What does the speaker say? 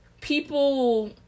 people